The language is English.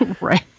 Right